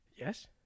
yes